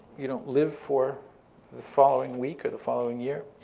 you know live for the following week or the following year.